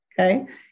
okay